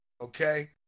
okay